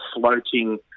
floating